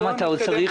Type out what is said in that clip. כמה זמן אתה עוד צריך?